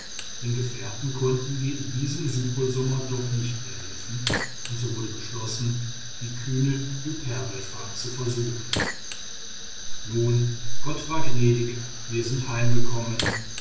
den gefährten konnten wir in diesem südpol sommer doch nicht mehr helfen und so wurde beschlossen die kühne hyperbelfahrt zu versuchen nun gott war gnädig wir sind heimgekommen